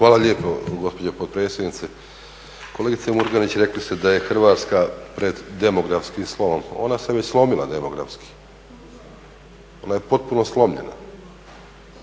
Hvala lijepo gospođo potpredsjednice. Kolegice Murganić, rekli ste da je Hrvatska pred demografskim slomom. Ona se već slomila demografski, ona je potpuno slomljena